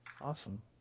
Awesome